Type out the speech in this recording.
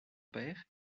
père